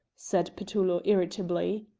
said petullo, irritably.